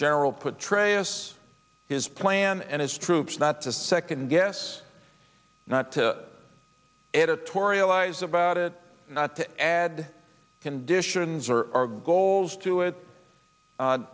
general put trace his plan and his troops not to second guess not to editorialize about it not to add conditions or our goals to it